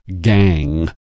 gang